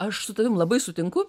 aš su tavim labai sutinku